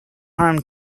harm